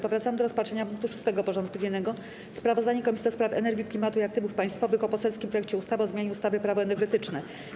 Powracamy do rozpatrzenia punktu 6. porządku dziennego: Sprawozdanie Komisji do Spraw Energii, Klimatu i Aktywów Państwowych o poselskim projekcie ustawy o zmianie ustawy - Prawo energetyczne.